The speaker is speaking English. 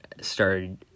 started